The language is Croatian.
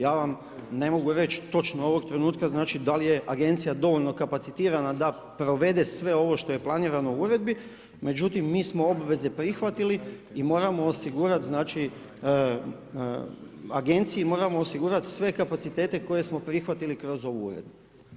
Ja vam ne mogu reći točno ovog trenutka da li je agencija dovoljno kapacitirana da provede sve ovo što je planirano u Uredbi, međutim mi smo obveze prihvatili i moramo osigurati znači, agenciji moramo osigurati sve kapacitete koje smo prihvatili kroz ovu Uredbu.